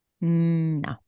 no